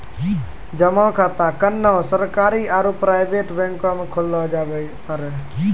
जमा खाता कोन्हो सरकारी आरू प्राइवेट बैंक मे खोल्लो जावै पारै